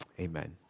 amen